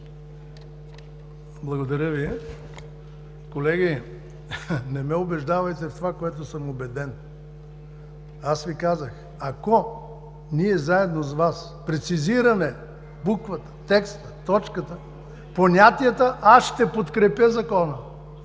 Благодаря Ви. Колеги, не ме убеждавайте в това, което съм убеден! Аз Ви казах, ако ние заедно с Вас прецизираме буквата, текста, точката, понятията, аз ще подкрепя Закона.